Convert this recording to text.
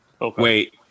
Wait